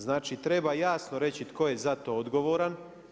Znači treba jasno reći tko je za to odgovoran.